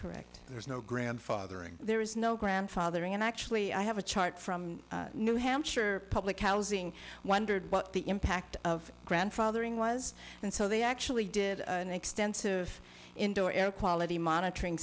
correct there's no grandfathering there is no grandfathering and actually i have a chart from new hampshire public housing wondered what the impact of grandfathering was and so they actually did an extensive indoor air quality monitoring